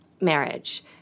marriage